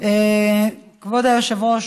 כבוד היושב-ראש,